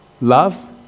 love